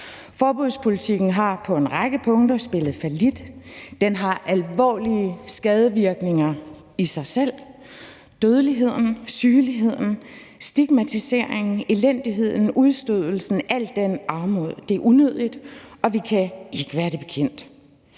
Forbudspolitikken har på en række punkter spillet fallit. Den har alvorlige skadevirkninger i sig selv. Dødeligheden, sygeligheden, stigmatiseringen, elendigheden, udstødelsen og alt det armod er unødigt, og vi kan ikke være det bekendt.